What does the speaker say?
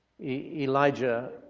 Elijah